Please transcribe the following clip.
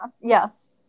Yes